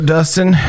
Dustin